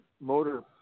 motor